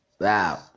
Wow